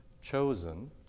Chosen